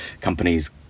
companies